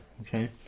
Okay